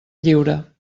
lliure